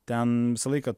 ten visą laiką